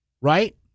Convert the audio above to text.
Right